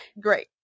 great